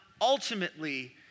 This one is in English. ultimately